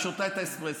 היא שותה את האספרסו.